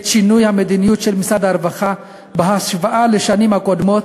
את שינוי המדיניות של משרד הרווחה בהשוואה לשנים הקודמות